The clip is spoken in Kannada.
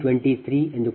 004 p